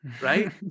Right